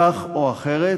כך או אחרת,